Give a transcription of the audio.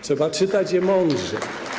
Trzeba czytać je mądrze.